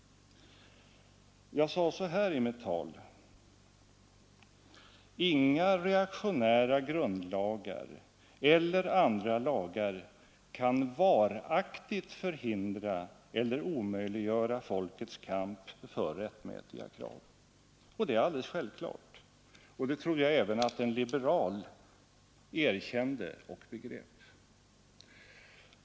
Jag sade så här i mitt tal: ”Inga reaktionära grundlagar eller andra lagar kan varaktigt förhindra eller omöjliggöra folkets kamp för rättmätiga krav.” — Det är alldeles självklart, och det trodde jag även att en liberal erkände och begrep.